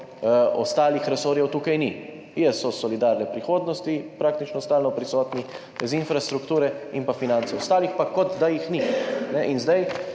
ostalih resorjev tukaj ni. So s solidarne prihodnosti praktično stalno prisotni, z infrastrukture in pa za finance, ostalih pa, kot da jih ni. In če